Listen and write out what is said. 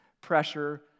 pressure